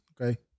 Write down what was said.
Okay